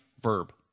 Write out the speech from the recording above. verb